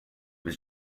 was